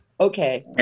okay